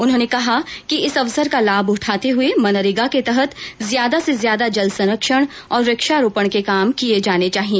उन्होंने कहा कि इस अवसर का लाभ उठाते हुए मनरेगा के तहत ज्यादा से ज्यादा जल संरक्षण और वृक्षारोपण के काम किये जाने चाहिए